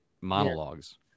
monologues